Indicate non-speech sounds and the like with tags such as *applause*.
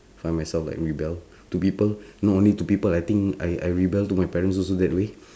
find myself like rebel to people *breath* not only to people I think I I rebel to my parents also that way *breath*